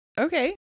okay